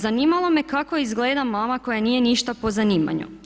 Zanimalo me kako izgleda mama koja nije ništa po zanimanju.